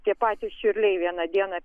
tie patys čiurliai vieną dieną